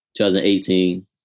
2018